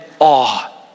awe